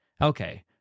Okay